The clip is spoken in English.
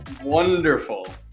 Wonderful